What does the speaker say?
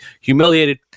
humiliated